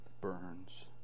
Burns